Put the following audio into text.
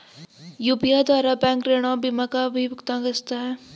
UPI द्वारा bank ऋण और बीमा का भी भुगतान किया जा सकता है?